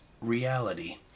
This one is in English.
Reality